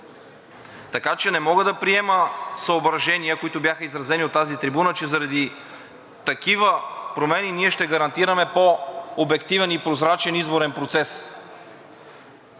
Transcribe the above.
Така че не мога да приема съображения, които бяха изразени от тази трибуна, че заради такива промени ние ще гарантираме по-обективен и прозрачен изборен процес.